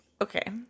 okay